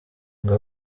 ngo